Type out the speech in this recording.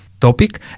topic